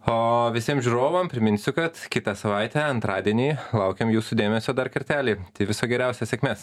o visiem žiūrovam priminsiu kad kitą savaitę antradienį laukiam jūsų dėmesio dar kartelį tai viso geriausio sėkmės